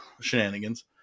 shenanigans